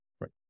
Right